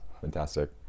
fantastic